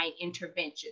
intervention